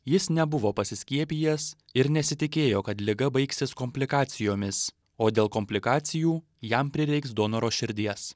jis nebuvo pasiskiepijęs ir nesitikėjo kad liga baigsis komplikacijomis o dėl komplikacijų jam prireiks donoro širdies